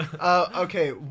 okay